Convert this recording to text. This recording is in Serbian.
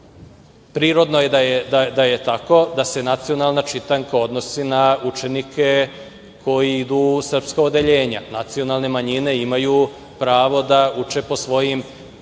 prirodno je da je tako, da se nacionalna čitanka odnosi na učenike koji idu u srpska odeljenja. Nacionalne manjine imaju pravo da uče po svojim programima